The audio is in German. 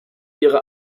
ihre